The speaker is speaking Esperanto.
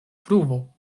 pruvo